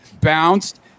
Bounced